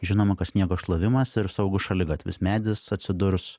žinoma kad sniego šlavimas ir saugus šaligatvis medis atsidurs